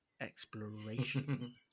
exploration